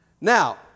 Now